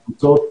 התפוצות,